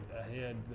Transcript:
ahead